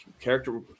character